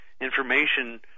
information